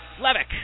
Levick